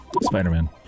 Spider-Man